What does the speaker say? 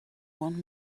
want